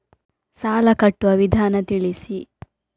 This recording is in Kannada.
ಸಾಲ ಕಟ್ಟುವ ವಿಧಾನ ತಿಳಿಸಿ?